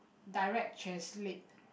direct translate